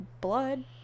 blood